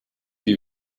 die